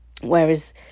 Whereas